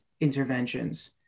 interventions